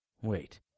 Wait